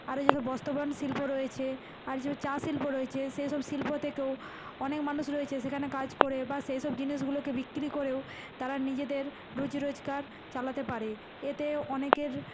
আরো যেসব বস্ত্র বয়ন শিল্প রয়েছে আর যে চা শিল্প রয়েছে সে সব শিল্প থেকেও অনেক মানুষ রয়েছে সেখানে কাজ করে বা সেই সব জিনিসগুলোকে বিক্রি করেও তারা নিজেদের রুজি রোজগার চালাতে পারে এতে অনেকের